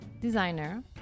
designer